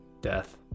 death